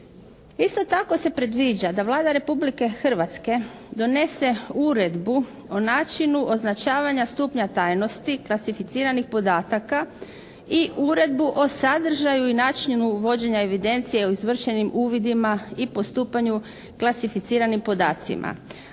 Isto tako se predviđa da Vlada Republike Hrvatske donese Uredbu o načinu označavanja stupnja tajnosti klasificiranih podataka i uredbu o sadržaju i načinu vođenja evidencije o izvršenim uvidima i postupanju klasificiranim podacima.